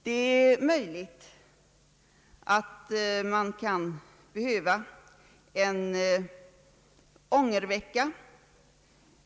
Det är möjligt att vi kan behöva en ångervecka.